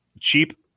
Cheap